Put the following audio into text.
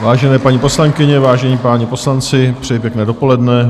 Vážené paní poslankyně, vážení páni poslanci, přeji pěkné dopoledne.